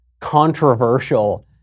controversial